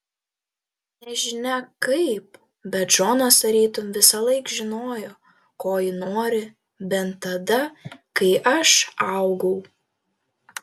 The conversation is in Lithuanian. nežinia kaip bet džonas tarytum visąlaik žinojo ko ji nori bent tada kai aš augau